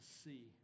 see